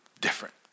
different